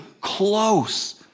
close